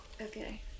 okay